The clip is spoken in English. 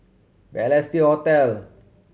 Balestier Hotel